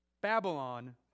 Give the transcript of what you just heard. Babylon